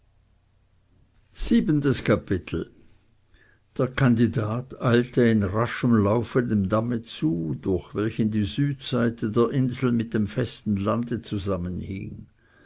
siebentes kapitel der kandidat eilte in raschem laufe dem damme zu durch welchen die südseite der insel mit dem festen lande zusammenhing